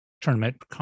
tournament